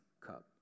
cup